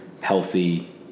healthy